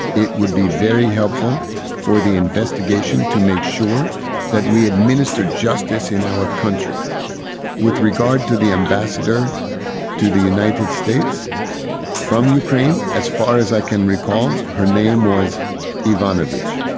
it would be very helpful for the investigation to make sure that we administer justice in our country with regard to the ambassador to the united states from ukraine. as far as i can recall, her name was evanovich.